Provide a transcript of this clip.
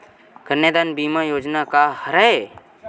कन्यादान बीमा योजना का हरय?